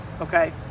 okay